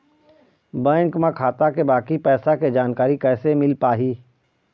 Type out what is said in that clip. Bank म खाता के बाकी पैसा के जानकारी कैसे मिल पाही?